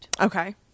Okay